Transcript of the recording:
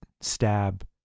stab